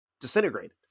disintegrated